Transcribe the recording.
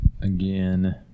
again